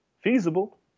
Feasible